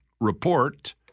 report